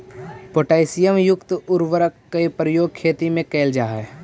potassium युक्त उर्वरक के प्रयोग खेती में कैल जा हइ